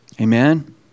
Amen